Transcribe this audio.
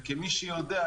וכמי שיודע,